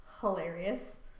hilarious